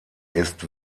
ist